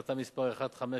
החלטה מס' 1539,